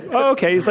but okay. so